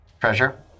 treasure